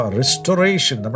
restoration